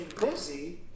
busy